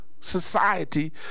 society